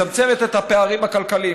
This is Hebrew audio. מצמצמת את הפערים הכלכליים.